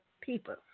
people